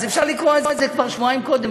אז אפשר לקרוא על זה כבר שבועיים קודם,